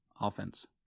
offense